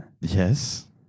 Yes